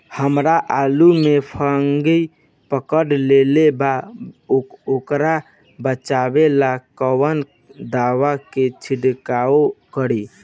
हमरा आलू में फंगस पकड़ लेले बा वोकरा बचाव ला कवन दावा के छिरकाव करी?